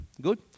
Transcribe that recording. good